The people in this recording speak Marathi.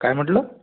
काय म्हटलं